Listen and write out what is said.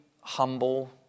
humble